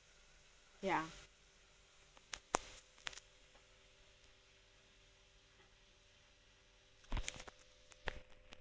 ya